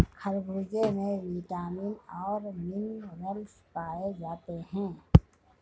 खरबूजे में विटामिन और मिनरल्स पाए जाते हैं